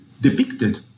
depicted